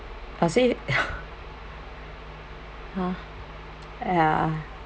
does it !huh! ya